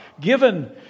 given